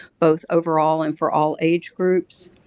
both overall and for all age groups.